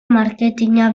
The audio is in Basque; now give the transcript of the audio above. marketina